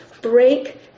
break